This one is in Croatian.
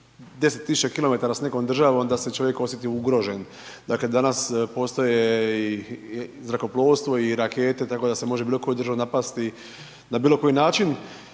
10 000 km s nekom državom da se čovjek osjeti ugroženim, dakle, danas postoje i zrakoplovstvo i rakete, tako da se može bilo koju državu napasti na bilo koji način,